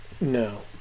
No